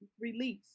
release